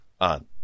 on